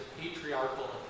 patriarchal